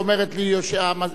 כולל לוח התיקונים.